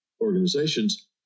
organizations